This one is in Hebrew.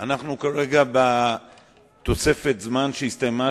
אנחנו כרגע בתוספת זמן שהסתיימה,